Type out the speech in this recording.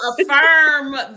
affirm